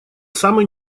самый